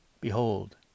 behold